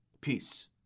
Peace